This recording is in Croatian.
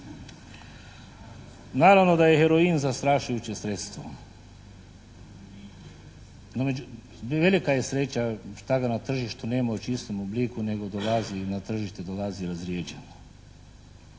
Naravno da je heorin zastrašujuće sredstvo. No, i velika je sreća što ga na tržištu nema u čistom obliku nego dolazi, na tržište dolazi razrijeđen.